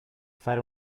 fare